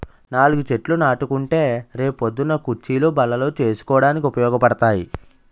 నాలుగు చెట్లు నాటుకుంటే రే పొద్దున్న కుచ్చీలు, బల్లలు చేసుకోడానికి ఉపయోగపడతాయి